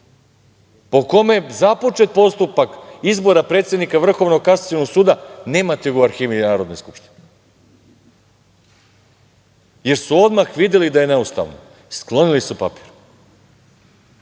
po kome započet postupak izbora predsednika Vrhovnog kasacionog suda, nemate ga u arhivi Narodne skupštine, jer su odmah videli da je neustavno, sklonili su papir.